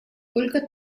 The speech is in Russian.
только